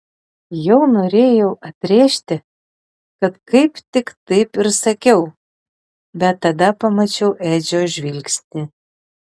jau norėjau atrėžti kad kaip tik taip ir sakiau bet tada pamačiau edžio žvilgsnį